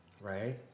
right